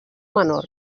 menor